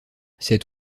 cet